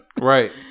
Right